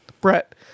Brett